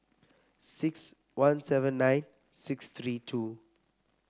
six one seven nine six three two